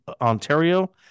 Ontario